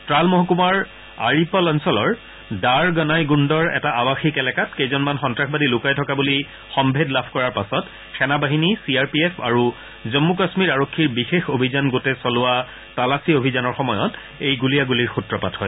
ট্ৰাল মহকুমাৰ আৰিপল অঞ্চলৰ দাৰ গনাই গুণ্ডৰ এটা আৱাসীক এলেকাত কেইজনমান সন্নাসবাদী লুকাই থকা বুলি সম্ভেদ লাভ কৰাৰ পাছত সেনাবাহিনী চি আৰ পি এফ আৰু জম্মু কাম্মীৰ আৰক্ষীৰ বিশেষ অভিযান গোটে চলোৱা তালাচী অভিযানৰ সময়ত এই গুলীয়াগুলীৰ সূত্ৰপাত হয়